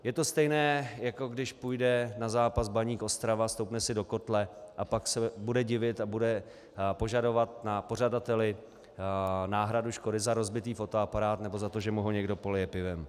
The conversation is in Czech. Je to stejné, jako když půjde na zápas Baník Ostrava, stoupne si do kotle a pak se bude divit a bude požadovat na pořadateli náhradu škody za rozbitý fotoaparát nebo za to, že mu ho někdo polije pivem.